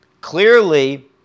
clearly